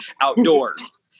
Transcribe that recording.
outdoors